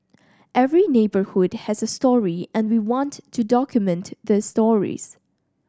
every neighbourhood has a story and we want to document the stories